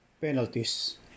Penalties